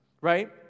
right